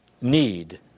need